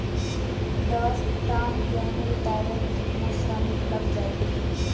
दस टन गेहूं उतारे में केतना श्रमिक लग जाई?